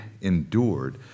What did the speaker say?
endured